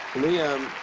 liam,